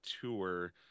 tour